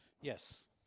Yes